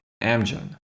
Amgen